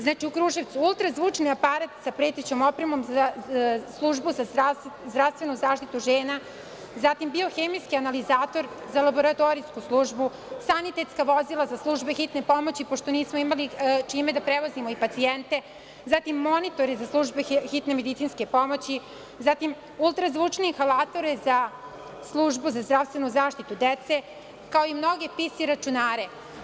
Znači, u Kruševcu, ultrazvučni aparat sa pratećom opremom za službu za zdravstvenu zaštitu žena, zatim biohemijski analizator za laboratorijsku službu, sanitetska vozila za službe hitne pomoći, pošto nismo imali čime da prevozimo pacijente, zatim monitore za službe hitne medicinske pomoći, ultrazvučni inhalatori za službu za zdravstvenu zaštitu dece, kao i mnogi RS računari.